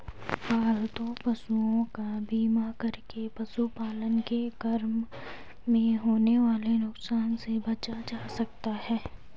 पालतू पशुओं का बीमा करके पशुपालन के क्रम में होने वाले नुकसान से बचा जा सकता है